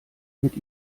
mit